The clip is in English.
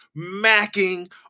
macking